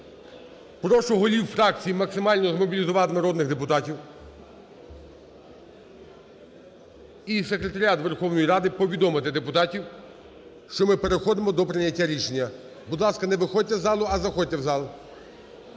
Прошу голів фракцій максимально змобілізувати народних депутатів і секретаріат Верховної Ради повідомити депутатам, що ми переходимо до прийняття рішення. Будь ласка, не виходьте із залу, а заходьте у зал.